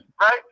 right